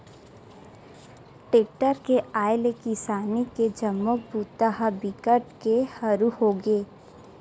tractor के आए ले किसानी के जम्मो बूता ह बिकट के हरू होगे